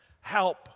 Help